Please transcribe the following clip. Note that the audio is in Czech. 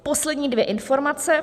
Poslední dvě informace.